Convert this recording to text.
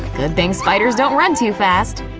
good things spiders don't run too fast.